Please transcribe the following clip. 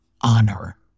honor